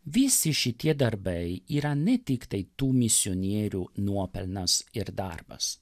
visi šitie darbai yra ne tiktai tų misionierių nuopelnas ir darbas